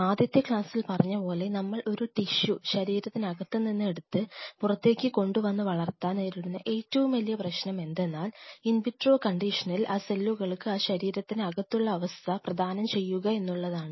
ആദ്യത്തെ ക്ലാസ്സിൽ പറഞ്ഞപോലെ നമ്മൾ ഒരു ടിഷ്യൂ ശരീരത്തിനകത്ത് നിന്ന് എടുത്തത് പുറത്തേക്ക് കൊണ്ടു വന്നു വളർത്താൻ നേരിടുന്ന ഏറ്റവും വലിയ പ്രശ്നം എന്തെന്നാൽ ഇൻവിട്രോ കണ്ടീഷനിൽ ആ സെല്ലുകൾക്ക് അ ശരീരത്തിന് അകത്തുള്ള അവസ്ഥ പ്രധാനം ചെയ്യുക എന്നുള്ളതാണ്